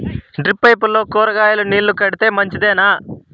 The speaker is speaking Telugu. డ్రిప్ పైపుల్లో కూరగాయలు నీళ్లు కడితే మంచిదేనా?